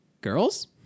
girls